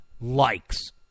likes